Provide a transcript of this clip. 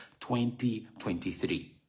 2023